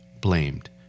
blamed